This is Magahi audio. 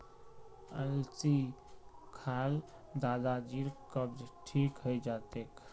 अलसी खा ल दादाजीर कब्ज ठीक हइ जा तेक